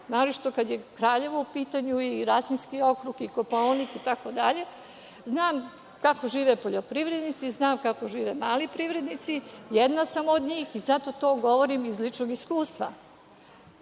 naročito kada je Kraljevo u pitanju i Rasinski okrug i Kopaonik, itd… Znam kako žive poljoprivrednici, znam kako žive mali privrednici, jedna sam od njih i zato to govorim iz ličnog iskustva.A